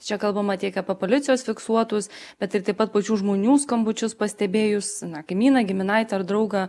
čia kalbama tiek apie policijos fiksuotus bet ir taip pat pačių žmonių skambučius pastebėjus kaimyną giminaitį ar draugą